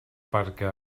perquè